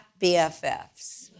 BFFs